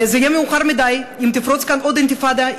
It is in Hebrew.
זה יהיה מאוחר מדי אם תפרוץ כאן עוד אינתיפאדה,